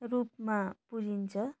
रुपमा पुजिन्छ